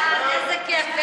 איזה כיף.